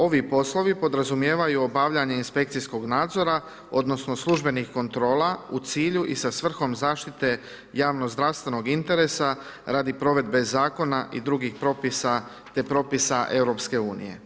Ovi poslovi podrazumijevaju obavljanje inspekcijskog nadzora odnosno službenih kontrola u cilju i sa svrhom zaštite javno zdravstvenog interesa radi provedbe zakona i drugih propisa te propisa EU.